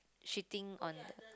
shitting on